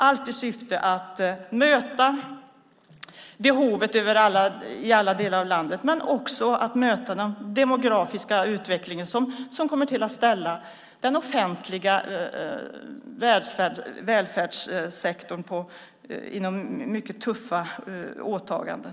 Det gör att vi kan möta behovet i alla delar av landet men också möta den demografiska utvecklingen, som kommer att ställa den offentliga välfärdssektorn inför mycket tuffa åtaganden.